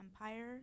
empire